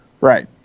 Right